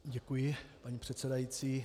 Děkuji, paní předsedající.